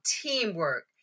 teamwork